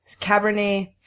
Cabernet